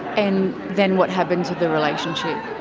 and then what happened to the relationship?